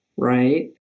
right